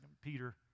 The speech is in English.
Peter